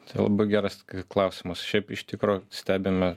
tai labai geras klausimas šiaip iš tikro stebime